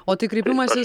o tai kreipimąsis